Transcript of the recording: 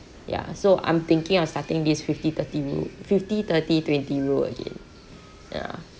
ya so I'm thinking of starting this fifty thirty rule fifty thirty twenty rule again